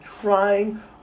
trying